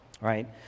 Right